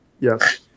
Yes